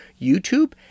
YouTube